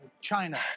China